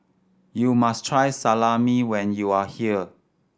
you must try Salami when you are here